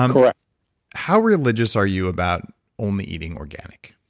um correct how religious are you about only eating organic?